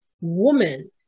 woman